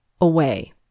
away